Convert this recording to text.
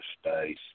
space